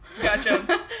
Gotcha